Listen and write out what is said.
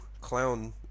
clown